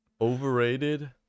overrated